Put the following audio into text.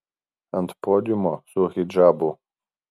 ant podiumo su hidžabu